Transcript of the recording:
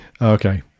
okay